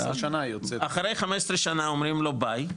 אחרי 15 שנה אומרים לה 'ביי,